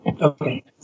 Okay